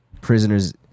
prisoners